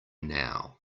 now